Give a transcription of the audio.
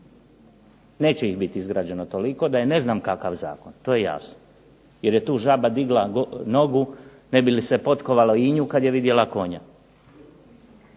Neće ih biti izgrađeno toliko da je ne znam kakav zakon, to je jasno. Jer je tu žaba digla nogu ne bi li se potkovalo i nju kad je vidjela konja.